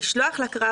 לשלוח לקרב,